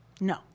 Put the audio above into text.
no